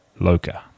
Loka